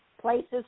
Places